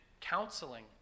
counseling